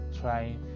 trying